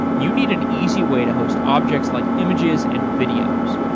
you need an easy way to host objects like images and videos.